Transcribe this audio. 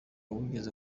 wigeze